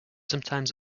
sometimes